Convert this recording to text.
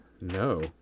No